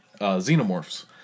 xenomorphs